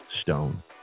stone